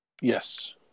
Yes